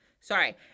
Sorry